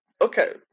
Okay